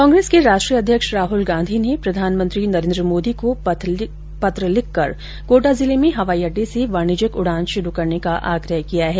कांग्रेस के राष्ट्रीय अध्यक्ष राहल गांधी ने प्रधानमंत्री नरेन्द्र मोदी को पत्र लिखकर कोटा जिले में हवाई अड़डे से वाणिज्यिक उडान शुरू करने का आग्रह किया है